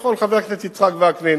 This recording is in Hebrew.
חבר הכנסת יצחק וקנין